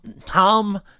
Tom